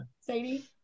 Sadie